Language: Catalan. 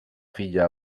filla